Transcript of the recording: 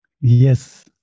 Yes